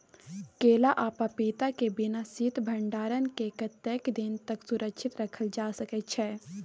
केला आ पपीता के बिना शीत भंडारण के कतेक दिन तक सुरक्षित रखल जा सकै छै?